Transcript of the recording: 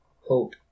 hope